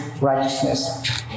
righteousness